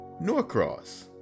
norcross